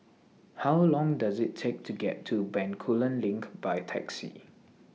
How Long Does IT Take to get to Bencoolen LINK By Taxi